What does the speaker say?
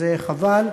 וזה חבל.